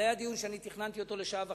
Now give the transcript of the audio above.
אבל היה דיון שאני תכננתי אותו לשעה וחצי,